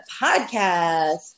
podcast